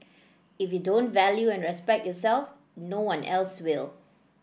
if you don't value and respect yourself no one else will